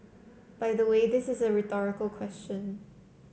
by the way this is a rhetorical question